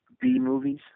B-movies